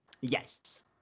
yes